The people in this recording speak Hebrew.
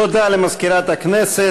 תודה למזכירת הכנסת.